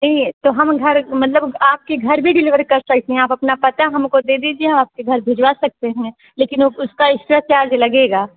नहीं तो हम घर मतलब आपके घर भी डिलिवरी कर सकती हैं आप अपना पता हमको दे दीजिए हम आपके घर भिजवा सकते हैं लेकिन वह उसका एक्स्ट्रा चार्ज लगेगा